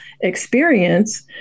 experience